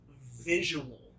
visual